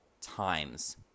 times